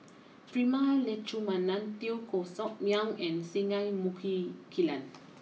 Prema Letchumanan Teo Koh Sock Miang and Singai Muki Kilan